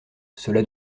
cela